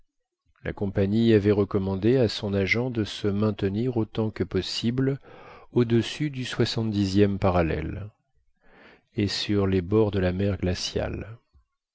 la compagnie avait recommandé à son agent de se maintenir autant que possible au-dessus du soixante dixième parallèle et sur les bords de la mer glaciale